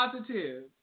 positive